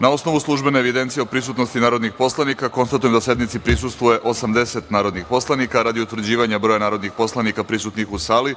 Na osnovu službene evidencije o prisutnosti narodnih poslanika, konstatujem da sednici prisustvuje 80 narodnih poslanika. Radi utvrđivanja broja narodnih poslanika prisutnih u sali,